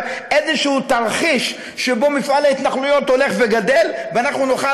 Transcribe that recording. איזשהו תרחיש שבו מפעל ההתנחלויות הולך וגדֵל ואנחנו נוכל